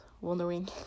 wondering